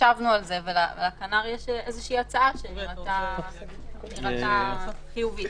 חשבנו על זה ולכנ"ר יש הצעה שנראתה חיובית.